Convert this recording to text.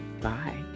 Bye